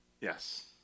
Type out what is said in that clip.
Yes